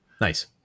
nice